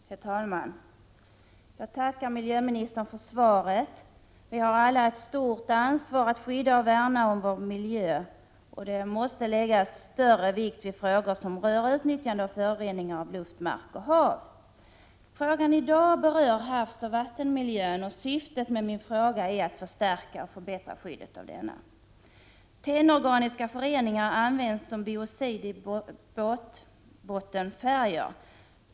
Herr talman! Jag tackar miljöministern för svaret. Vi har alla ett stort ansvar att skydda och värna om vår miljö. Det gäller regeringen, politiska partier, liksom alla berörda myndigheter, kommuner, enskilda m.fl. som måste lägga större vikt vid frågor som rör utnyttjande och förorening av luft, mark och hav. Frågan i dag berör havsoch vattenmiljön, och syftet med min fråga är att förstärka och förbättra skyddet av denna. Tennorganiska föreningar används som biocid i båtbottenfärger.